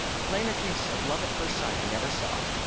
a plainer case of love at first sight i never saw.